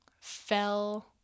fell